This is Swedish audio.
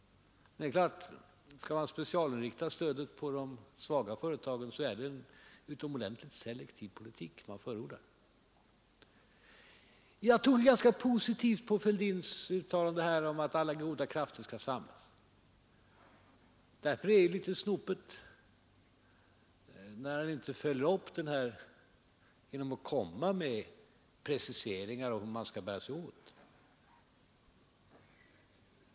Vill man specialinrikta stödet på de svaga företagen, är det en utomordentligt selektiv politik man förordar. Jag tog ganska positivt på herr Fälldins uttalande här om att alla goda krafter skall samlas. Därför är det litet snopet, när han inte följer upp detta uttalande genom att komma med preciseringar av hur man skall bära sig åt.